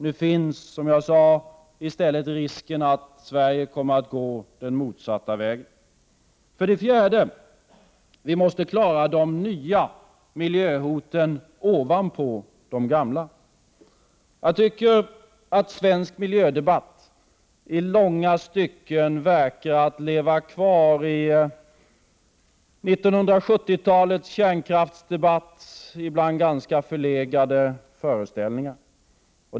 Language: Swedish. Nu finns, som jag sade, i stället risken att Sverige kommer att gå den motsatta vägen. För det fjärde: Vi måste klara de nya miljöhoten ovanpå de gamla. Jag tycker att svensk miljödebatt i långa stycken verkar leva kvar i 1970-talets kärnkraftsdebatts ibland ganska förlegade föreställningar.